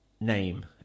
name